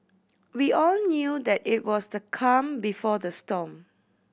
we all knew that it was the calm before the storm